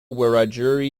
wiradjuri